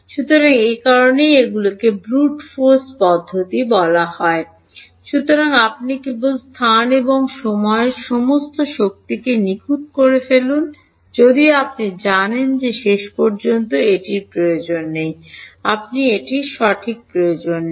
সুতরাং এ কারণেই এগুলিকে ব্রুট ফোর্স পদ্ধতি বলা হয় সুতরাং আপনি কেবল স্থান এবং সময়ের সমস্ত শক্তিকে নিখুঁত করে ফেলুন যদিও আপনি জানেন যে শেষ পর্যন্ত এটির প্রয়োজন নেই আপনি এটি সঠিক প্রয়োজন নেই